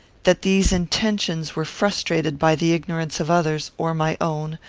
that these intentions were frustrated by the ignorance of others, or my own,